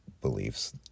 beliefs